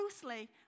closely